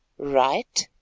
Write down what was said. right?